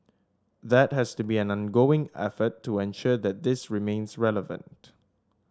that has to be an ongoing effort to ensure that this remains relevant